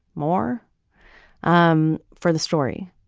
more um for the story.